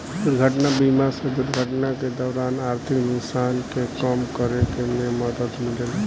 दुर्घटना बीमा से दुर्घटना के दौरान आर्थिक नुकसान के कम करे में मदद मिलेला